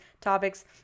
topics